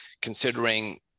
considering